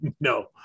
No